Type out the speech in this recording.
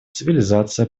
цивилизация